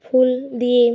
ফুল দিয়ে